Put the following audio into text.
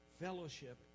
fellowship